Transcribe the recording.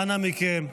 אנא מכם,